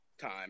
time